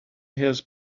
his